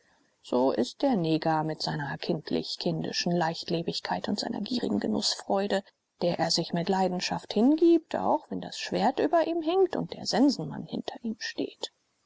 so ist der neger mit seiner kindlich kindischen leichtlebigkeit und seiner gierigen genußfreude der er sich mit leidenschaft hingibt auch wenn das schwert über ihm hängt und der sensenmann hinter ihm steht